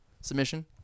submission